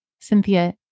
Cynthia